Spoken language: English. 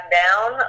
down